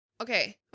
Okay